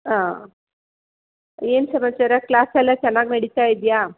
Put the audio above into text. ಹಾಂ ಏನು ಸಮಾಚಾರ ಕ್ಲಾಸ್ ಎಲ್ಲ ಚೆನ್ನಾಗಿ ನಡೀತಾ ಇದೆಯಾ